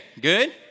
Good